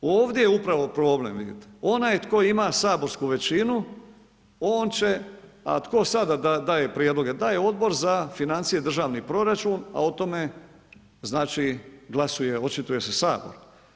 Ovdje je upravo problem, onaj tko ima saborsku većinu, o će, a tko sada daje prijedloge, daje Odbor za financije i državni proračun, a o tome, znači, glasuje, očituje se Sabor.